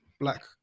black